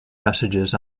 messages